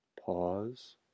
pause